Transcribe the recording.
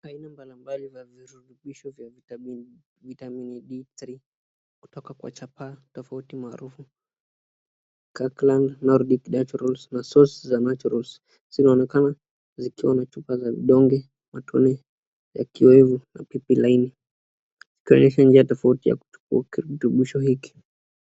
Aina mbalimbali za virutubisho vya vitamini D3 kutoka kwa chapa tofauti maarufu, Kirkland , Nordic Naturals , na source za Naturals zinaonekana zikiwa na chupa za vidonge, matone ya kioevu, na pipi laini. Zikionesha njia tofauti ya kuchukua kirutubisho hiki.